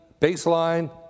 Baseline